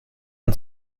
und